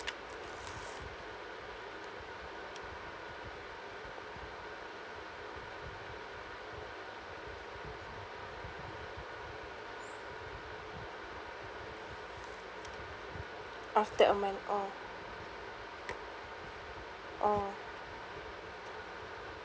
of the oh oh